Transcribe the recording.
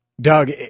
Doug